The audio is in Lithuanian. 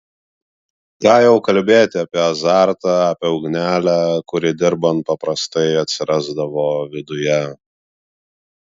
ką jau kalbėti apie azartą apie ugnelę kuri dirbant paprastai atsirasdavo viduje